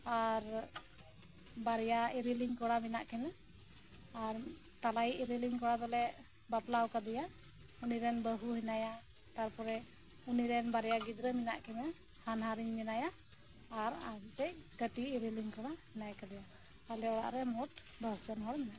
ᱟᱨ ᱵᱟᱨᱭᱟ ᱤᱨᱤᱞᱤᱧ ᱠᱚᱲᱟ ᱢᱮᱱᱟᱜ ᱠᱤᱱᱟᱹ ᱟᱨ ᱛᱟᱞᱟᱭᱤᱡ ᱤᱨᱤᱞᱤᱧ ᱠᱚᱲᱟ ᱫᱚᱞᱮ ᱵᱟᱯᱞᱟᱣ ᱠᱟᱣᱫᱮᱭᱟ ᱩᱱᱤᱨᱮᱱ ᱵᱟᱦᱩ ᱦᱮᱱᱟᱭᱟ ᱛᱟᱨᱯᱚᱨᱮ ᱩᱱᱤᱨᱮ ᱵᱟᱨᱭᱟ ᱜᱤᱫᱽᱨᱟᱹ ᱢᱮᱱᱟᱜ ᱠᱤᱱᱟᱹ ᱦᱟᱱᱦᱟᱨᱤᱧ ᱢᱮᱱᱟᱭᱟ ᱟᱨ ᱢᱤᱜᱴᱮᱡ ᱠᱟᱴᱤᱡ ᱤᱨᱤᱞᱤᱧ ᱠᱚᱲᱟ ᱦᱮᱱᱟᱭ ᱠᱟᱫᱮᱭᱟ ᱟᱞᱮ ᱚᱲᱟᱜ ᱨᱮ ᱢᱳᱴ ᱫᱚᱥ ᱡᱚᱱ ᱢᱮᱱᱟᱜ ᱞᱮᱭᱟ